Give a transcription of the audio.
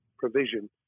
provision